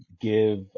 give